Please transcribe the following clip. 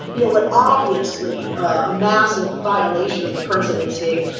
you know what, obviously a massive violation of the presidency.